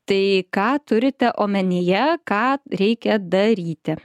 tai ką turite omenyje ką reikia daryti